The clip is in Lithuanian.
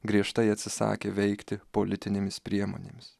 griežtai atsisakė veikti politinėmis priemonėmis